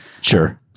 Sure